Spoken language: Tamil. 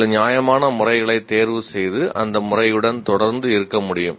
சில நியாயமான முறைகளைத் தேர்வுசெய்து அந்த முறையுடன் தொடர்ந்து இருக்க முடியும்